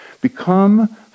Become